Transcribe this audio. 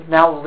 now